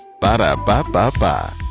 Ba-da-ba-ba-ba